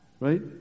Right